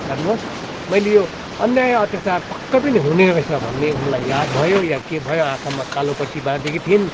हेर्नुहोस् मैले यो अन्याय अत्यचार पक्कै पनि हुने रहेछ भन्ने उनलाई याद भयो या के भयो आँखामा कालो पट्टी बाँधेकी थिइन्